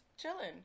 chilling